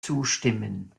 zustimmen